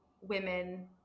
women